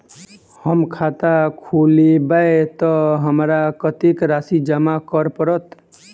हम खाता खोलेबै तऽ हमरा कत्तेक राशि जमा करऽ पड़त?